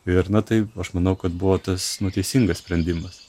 ir na taip aš manau kad buvo tas nu teisingas sprendimas